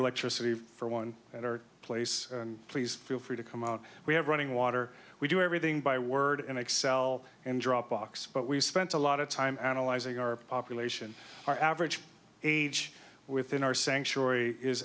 electricity for one at our place and please feel free to come out we have running water we do everything by word and excel and dropbox but we spent a lot of time analyzing our population our average age within our sanctuary is